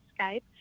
Skype